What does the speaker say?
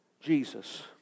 Jesus